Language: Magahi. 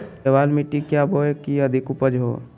केबाल मिट्टी क्या बोए की अधिक उपज हो?